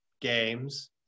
games